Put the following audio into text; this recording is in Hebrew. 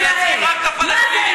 אתם מייצגים רק את הפלסטינים,